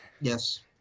Yes